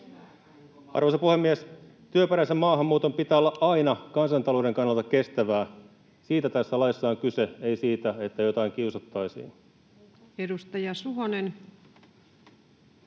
Arvoisa puhemies! Työperäisen maahanmuuton pitää olla aina kansantalouden kannalta kestävää. Siitä tässä laissa on kyse, ei siitä, että jotain kiusattaisiin. [Speech